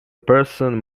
person